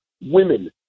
women